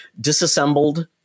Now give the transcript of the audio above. Disassembled